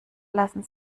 lassen